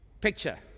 picture